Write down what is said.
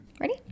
Ready